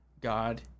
God